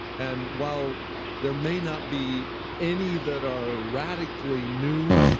and while there may not be any that are radically new,